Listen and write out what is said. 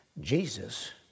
Jesus